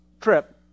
trip